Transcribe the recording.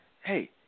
Hey